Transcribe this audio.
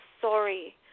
sorry